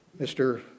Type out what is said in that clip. Mr